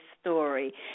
story